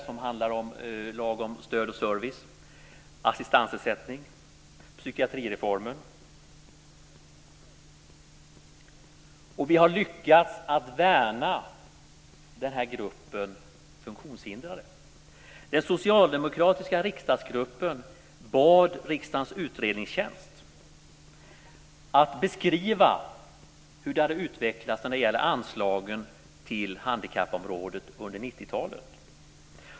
Det handlar om lagen som stöd och service, assistansersättning och psykiatrireformen. Vi har lyckats värna den här gruppen funktionshindrade. Den socialdemokratiska riksdagsgruppen bad riksdagens utredningstjänst att beskriva hur det hade utvecklat sig när det gällde anslagen till handikappområdet under 90-talet.